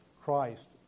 Christ